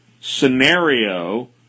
scenario